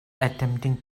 attempting